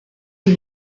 que